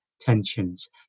tensions